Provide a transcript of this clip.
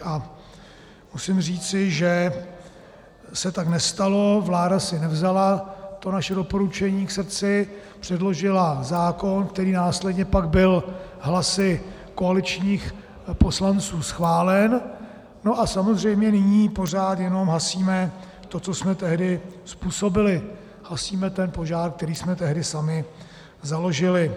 Musím říci, že se tak nestalo, vláda si nevzala naše doporučení k srdci, předložila zákon, který následně pak byl hlasy koaličních poslanců schválen, a samozřejmě nyní pořád jenom hasíme, co jsme tehdy způsobili, hasíme požár, který jsme tehdy sami založili.